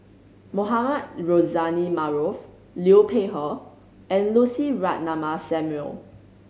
Mohamed Rozani Maarof Liu Peihe and Lucy Ratnammah Samuel